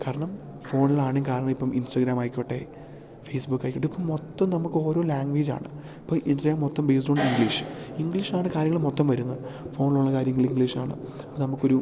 കാരണം ഫോണിലാണ് കാരണം ഇപ്പം ഇൻസ്റ്റഗ്രാമായിക്കോട്ടെ ഫേസ്ബുക്കായിക്കോട്ടെ ഇപ്പം മൊത്തം നമുക്കോരോ ലാംഗ്വേജാണ് ഇപ്പം ഇൻസ്റ്റാഗ്രാം മൊത്തം ബേസ്ഡ് ഓൺ ഇംഗ്ലീഷ് ഇംഗ്ലീഷിലാണ് കാര്യങ്ങള് മൊത്തം വരുന്നത് ഫോണിലുള്ള കാര്യങ്ങൾ ഇംഗ്ലീഷാണ് നമുക്കൊരു